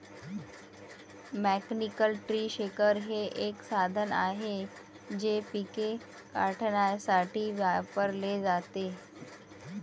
mechanical tree shaker हे एक साधन आहे जे पिके काढण्यासाठी वापरले जाते